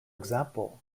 example